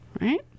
right